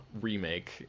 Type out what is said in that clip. remake